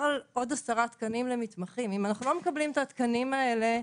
על עוד עשרה תקנים למתמחים אם אנחנו לא מקבלים את התקנים האלה,